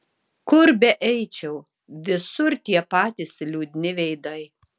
kur beeičiau visur tie patys liūdni veidai